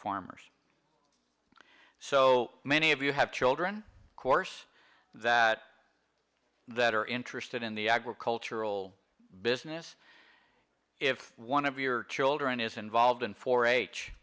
farmers so many of you have children of course that that are interested in the agricultural business if one of your children is involved in four h